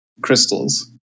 crystals